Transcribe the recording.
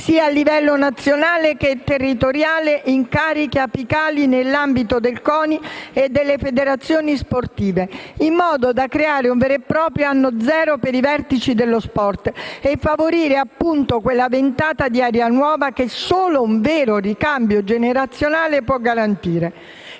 sia a livello nazionale che territoriale, incarichi apicali nell'ambito del CONI e delle federazioni sportive, in modo da creare un vero è proprio «anno zero» per i vertici dello sport e favorire, appunto, quella ventata di aria nuova che solo un vero ricambio generazionale può garantire.